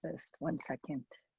just one second.